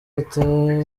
hatabaye